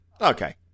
okay